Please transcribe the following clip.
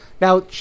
Now